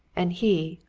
and he,